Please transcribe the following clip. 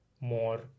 more